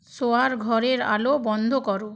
শোওয়ার ঘরের আলো বন্ধ করো